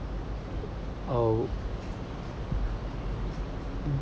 uh